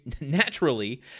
naturally